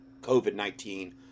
COVID-19